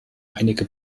einige